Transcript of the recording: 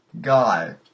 guy